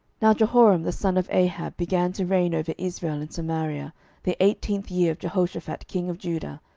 now jehoram the son of ahab began to reign over israel in samaria the eighteenth year of jehoshaphat king of judah,